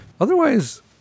Otherwise